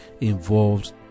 involved